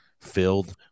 Filled